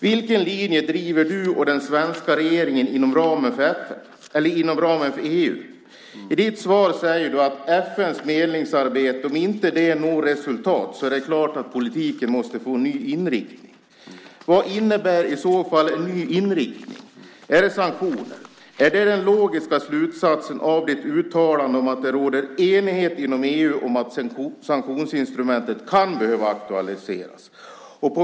Vilken linje driver du och den svenska regeringen inom ramen för EU? I ditt svar säger du att om FN:s medlingsarbete inte når resultat är det "klart att politiken måste få en ny inriktning". Vad innebär i så fall "en ny inriktning"? Är det sanktioner? Är det den logiska slutsatsen av ditt uttalande om att det råder enighet inom EU om att sanktionsinstrumentet kan behöva aktualiseras?